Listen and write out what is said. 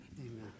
Amen